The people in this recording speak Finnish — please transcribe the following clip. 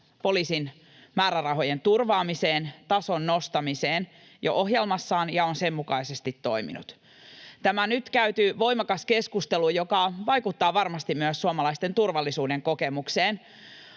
poliisin määrärahojen turvaamiseen ja tason nostamiseen jo ohjelmassaan ja on sen mukaisesti toiminut. Tämä nyt käyty voimakas keskustelu, joka vaikuttaa varmasti myös suomalaisten turvallisuuden kokemukseen,